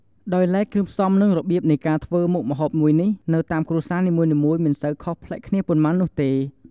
ដោយឡែក គ្រឿងផ្សំនិងរបៀបនៃការធ្វើមុខម្ហូបមួយនេះនៅតាមគ្រួសារនីមួយៗមិនសូវខុសប្លែកគ្នាប៉ុន្មាននោះទេ។